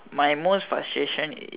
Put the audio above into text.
my most frustration is